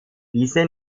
diese